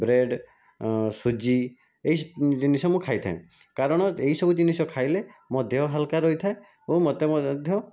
bread ସୁଜି ଏହି ଜିନିଷ ମୁଁ ଖାଇଥାଏ କାରଣ ଏହିସବୁ ଜିନିଷ ଖାଇଲେ ମୋ' ଦେହ ହାଲୁକା ରହିଥାଏ ଏବଂ ମୋତେ ମଧ୍ୟ